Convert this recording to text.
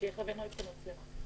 בוקר טוב לכולם.